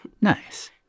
Nice